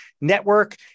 Network